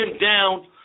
down